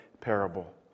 parable